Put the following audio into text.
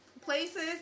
places